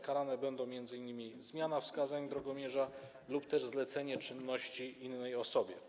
Karane będą m.in. zmiana wskazań drogomierza lub też zlecenie czynności innej osobie.